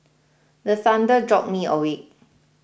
the thunder jolt me awake